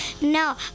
no